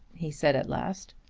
he said at last.